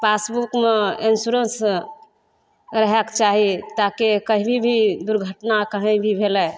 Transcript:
पासबुकमे एन्सुरेंश रहयके चाही ताकि कहींभी दुर्घटना कहींभी भेलय